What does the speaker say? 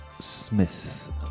Smith